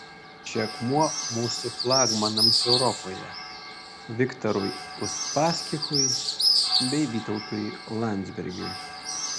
čia akmuo mūsų flagmanams europoje viktorui uspaskichui bei vytautui landsbergiui